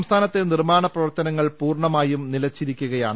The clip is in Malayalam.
സംസ്ഥാനത്തെ നിർമ്മാണ പ്രവർത്തന ങ്ങൾ പൂർണ്ണമായും നിലച്ചിരിക്കുകയാണ്